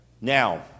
Now